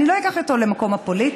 אני לא אקח אותו למקום הפוליטי,